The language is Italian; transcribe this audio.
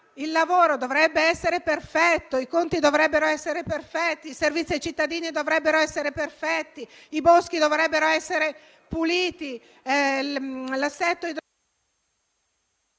il lavoro dovrebbe essere perfetto; i conti dovrebbero essere perfetti; i servizi ai cittadini dovrebbero essere perfetti; i boschi dovrebbero essere puliti; l'assetto idrogeologico